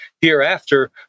hereafter